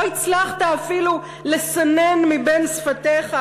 לא הצלחת אפילו לסנן מבין שפתיך,